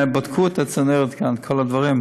בדקו את הצנרת כאן ואת כל הדברים,